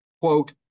Quote